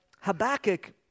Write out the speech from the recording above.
Habakkuk